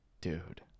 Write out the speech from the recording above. Dude